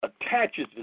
attaches